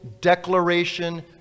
declaration